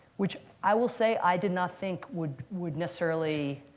which i will say i did not think would would necessarily